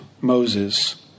Moses